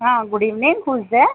हां good evening who's there